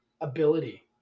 ability